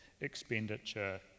expenditure